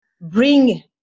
bring